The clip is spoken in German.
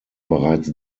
bereits